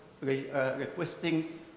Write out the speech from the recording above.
requesting